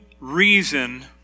reason